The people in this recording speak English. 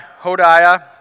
Hodiah